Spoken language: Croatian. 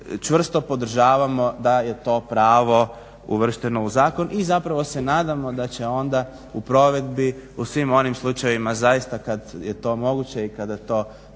čvrsto podržavamo da je to pravo uvršteno u zakon i zapravo se nadamo da će onda u provedbi u svim onim slučajevima zaista kad je to moguće i kada to